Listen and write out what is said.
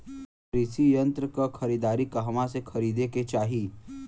कृषि यंत्र क खरीदारी कहवा से खरीदे के चाही?